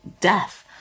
death